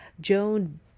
Joan